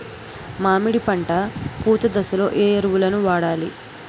మామిడి పంట పూత దశలో ఏ ఎరువులను వాడాలి?